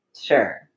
Sure